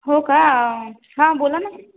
हो का हा बोला ना